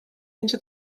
into